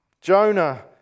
Jonah